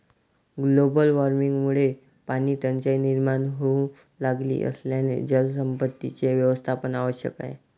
global वॉर्मिंगमुळे पाणीटंचाई निर्माण होऊ लागली असल्याने जलसंपत्तीचे व्यवस्थापन आवश्यक आहे